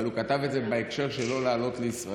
אבל הוא כתב את זה בהקשר של לא לעלות לישראל.